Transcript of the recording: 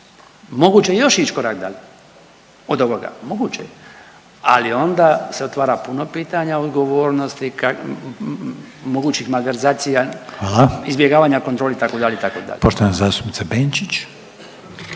Moguće je još ić korak dalje od ovoga, moguće je, ali onda se otvara puno pitanja odgovornosti, mogućih malverzacija …/Upadica Reiner: